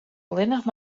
allinnich